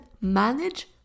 manage